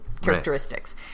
Characteristics